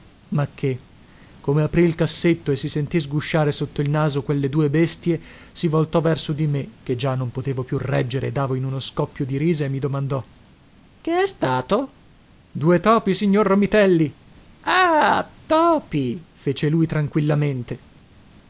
ma che come aprì il cassetto e si sentì sgusciare sotto il naso quelle due bestie si voltò verso me che già non potevo più reggere e davo in uno scoppio di risa e mi domandò che è stato due topi signor romitelli ah topi fece lui tranquillamente